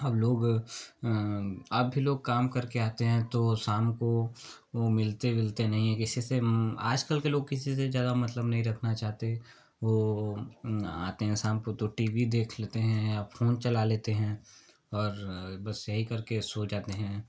अब लोग अब भी लोग काम करके आते हैं तो शाम को वो मिलते विलते नहीं हैं किसी से आजकल के लोग किसी से ज़्यादा मतलब नहीं रखना चाहते वो आते हैं शाम को तो टी वी देख लेते हैं या फोन चला लेते हैं और बस यही करके सो जाते हैं